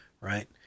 Right